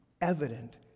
evident